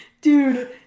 Dude